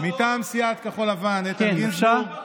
מטעם סיעת כחול לבן איתן גינזבורג,